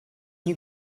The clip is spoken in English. you